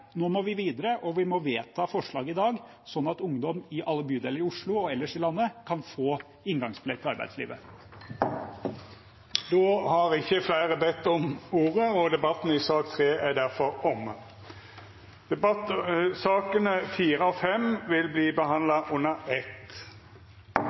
Nå må vi videre og vi må vedta forslaget i dag, sånn at ungdom i alle bydeler i Oslo, og ellers i landet, kan få inngangsbillett til arbeidslivet. Fleire har ikkje bedt om ordet til sak nr. 3. Sakene nr. 4 og 5 vert handsama under eitt. Etter ønske frå utanriks- og forsvarskomiteen vil